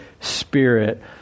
Spirit